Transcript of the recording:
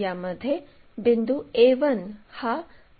या लाईनला जोडावे